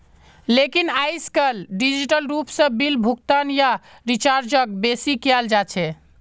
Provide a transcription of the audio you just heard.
लेकिन आयेजकल डिजिटल रूप से बिल भुगतान या रीचार्जक बेसि कियाल जा छे